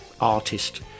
artist